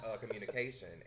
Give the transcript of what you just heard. Communication